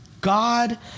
God